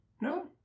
No